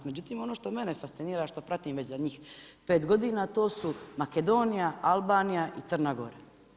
Međutim, ono što mene fascinira, što pratim vezano za njih, 5 godina, to su Makedonija, Albanija i Crna Gora.